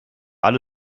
alle